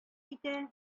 җитә